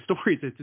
stories